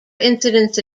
incidents